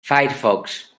firefox